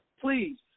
Please